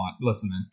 listening